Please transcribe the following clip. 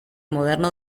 moderno